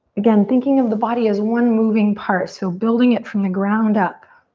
again, thinking of the body as one moving part so building it from the ground up.